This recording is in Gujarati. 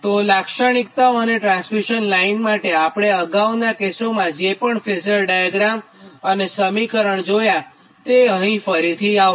તો લાક્ષણિકતાઓ અને ટ્રાન્સમિશન લાઇન માટે આપણે અગાઉના કેસોમાં જે પણ ફેઝર ડાયાગ્રામ અને સમીકરણ જોયા તે અહીં ફરી આવશે